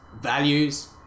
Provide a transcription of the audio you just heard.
values